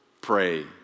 pray